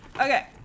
Okay